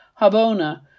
Habona